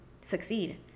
succeed